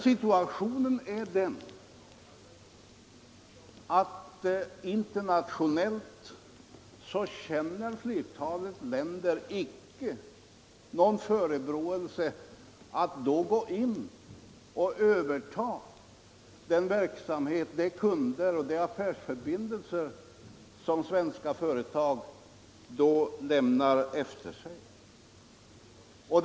Situationen är dessutom den att om svenska företag lämnar dessa länder hyser flertalet andra länder ingen tvekan att gå in och överta den verksamhet, de kunder och de affärsförbindelser våra företag arbetat upp.